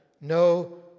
no